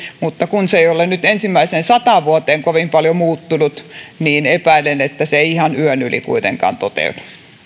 mutta kun se ei ole nyt ensimmäiseen sataan vuoteen kovin paljon muuttunut niin epäilen että se ei ihan yön yli kuitenkaan toteudu